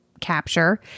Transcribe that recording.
capture